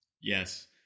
Yes